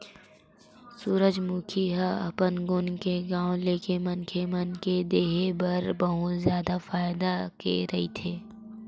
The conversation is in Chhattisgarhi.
सूरजमूखी ह अपन गुन के नांव लेके मनखे मन के देहे बर बहुत जादा फायदा के रहिथे